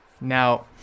now